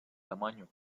tamaño